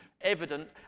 evident